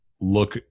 look